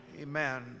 Amen